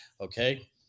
okay